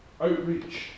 outreach